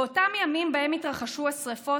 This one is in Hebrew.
באותם ימים שבהם התרחשו השרפות,